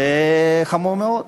זה חמור מאוד.